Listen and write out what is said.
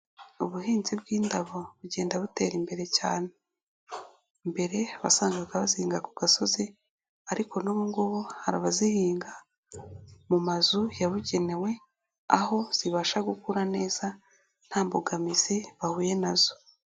Ubuhinzi bw'indabo bugenda butera imbere cyane. Mbere wasangaga bazihinga ku gasozi ariko n'ubu ngubu hari abazihinga mu mazu yabugenewe, aho zibasha gukura neza nta mbogamizi bahuye nazo.